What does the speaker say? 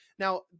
Now